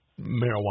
marijuana